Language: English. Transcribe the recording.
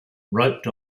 roped